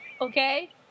Okay